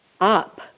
up